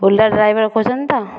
Ola driver କହୁଛନ୍ତି ତ